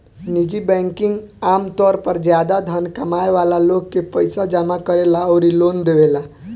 निजी बैंकिंग आमतौर पर ज्यादा धन कमाए वाला लोग के पईसा जामा करेला अउरी लोन देवेला